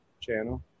channel